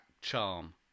charm